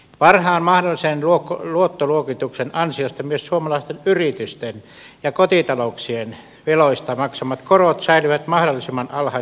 parhaan mahdollisen luottoluokituksen ansiosta myös suomalaisten yritysten ja kotitalouksien veloista maksamat korot säilyvät mahdollisimman alhaisella tasolla